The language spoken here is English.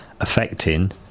affecting